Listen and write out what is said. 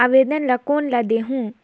आवेदन ला कोन ला देहुं?